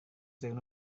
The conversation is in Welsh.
fewn